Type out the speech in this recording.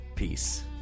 Peace